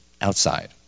outside